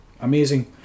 Amazing